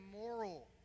moral